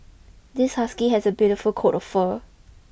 this husky has a beautiful coat of fur